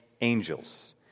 angels